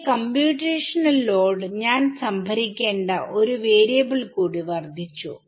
എന്റെ computational load ഞാൻ സംഭരിക്കേണ്ട ഒരു വാരിയബിൾ കൂടി വർദ്ധിച്ചു